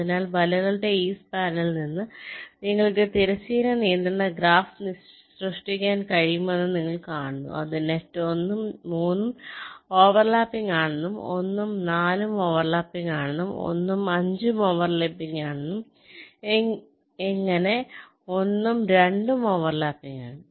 അതിനാൽ വലകളുടെ ഈ സ്പാനിൽ നിന്ന് നിങ്ങൾക്ക് തിരശ്ചീന നിയന്ത്രണ ഗ്രാഫ് സൃഷ്ടിക്കാൻ കഴിയുമെന്ന് നിങ്ങൾ കാണുന്നു അത് നെറ്റ് 1 ഉം 3 ഉം ഓവർ ലാപ്പിംഗ് ആണെന്നും 1 ഉം 4 ഉം ഓവർ ലാപ്പിംഗ് ആണെന്നും 1 ഉം 5 ഉം ഓവർ ലാപ്പിംഗ് ആണെന്നും അങ്ങനെ 1 ഉം 2 ഉം ഓവർ ലാപ്പിംഗ് ആണ്